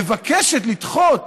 מבקשת לדחות